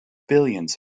billions